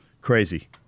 Crazy